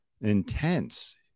intense